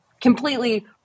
completely